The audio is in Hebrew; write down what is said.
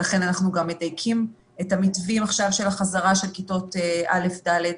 ולכן אנחנו גם מדייקים עכשיו את המתווים של החזרה של כיתות א' ד'.